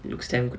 looks damn good